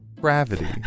gravity